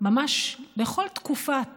ממש בכל תקופת